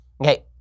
Okay